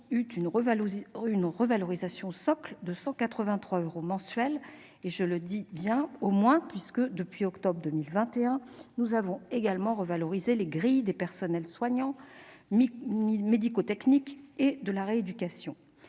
d'une revalorisation socle de 183 euros par mois. Je dis bien « au moins », puisque, depuis octobre 2021, nous avons également revalorisé les grilles des personnels soignants, médico-techniques et du secteur de la rééducation.